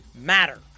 matter